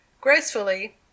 gracefully